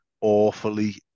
awfully